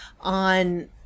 on